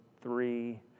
three